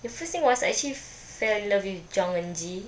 the first thing was actually feel in love with jeong eun ji